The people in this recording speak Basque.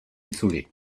itzuli